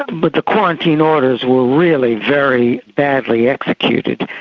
but the quarantine orders were really very badly executed.